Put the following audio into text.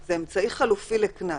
זה אמצעי חלופי לקנס.